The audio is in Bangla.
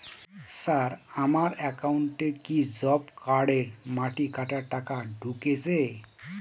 স্যার আমার একাউন্টে কি জব কার্ডের মাটি কাটার টাকা ঢুকেছে?